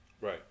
Right